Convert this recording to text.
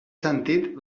sentit